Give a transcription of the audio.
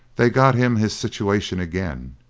they got him his situation again.